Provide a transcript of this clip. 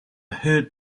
heard